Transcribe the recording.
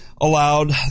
allowed